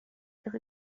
ihre